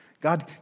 God